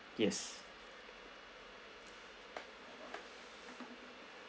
yes